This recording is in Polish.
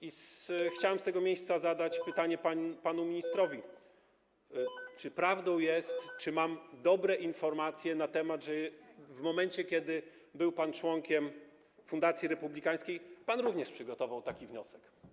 I chciałbym z tego miejsca zadać pytanie panu ministrowi: Czy prawdą jest - czy mam dobre informacje na ten temat - że w momencie kiedy był pan członkiem Fundacji Republikańskiej, również przygotował pan taki wniosek?